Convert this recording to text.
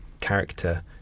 character